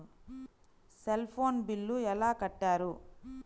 Cell phone bill ఎలా కట్టారు?